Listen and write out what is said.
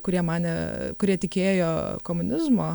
kurie manė kurie tikėjo komunizmo